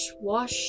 wash